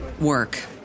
work